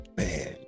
Man